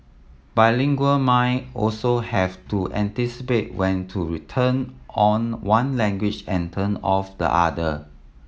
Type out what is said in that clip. bilingual mind also have to anticipate when to return on one language and turn off the other